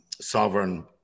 sovereign